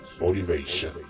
motivation